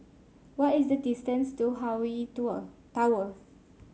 what is the distance to Hawaii Tower